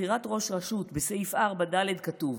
בחירת ראש רשות בסעיף 4(ד) כתוב: